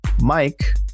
mike